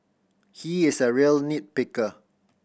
he is a real nit picker